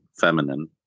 feminine